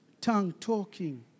tongue-talking